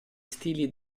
stili